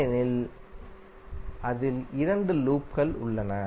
ஏனெனில் அதில் 2 லூப்கள் உள்ளன